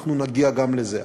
אנחנו נגיע גם לזה,